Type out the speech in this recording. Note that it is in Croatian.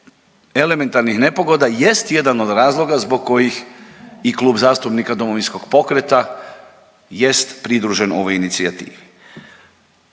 elementarnih nepogoda jest jedan od razloga zbog kojih i Klub zastupnika Domovinskog pokreta jest pridružen ovoj inicijativi.